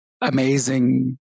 amazing